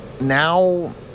now